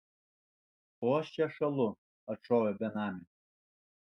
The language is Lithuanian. o aš čia šąlu atšovė benamė